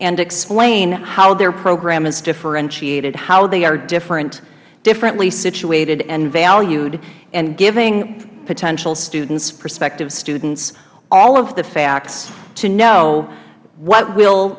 and explain how their program is differentiated how they are different differently situated and valued and giving potential students prospective students all of the facts to know what will